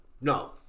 No